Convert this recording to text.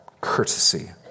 courtesy